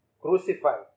crucified